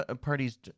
parties